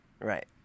Right